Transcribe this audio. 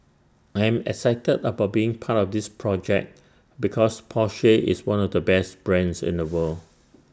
I am excited about being part of this project because Porsche is one of the best brands in the world